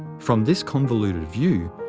from this convoluted view,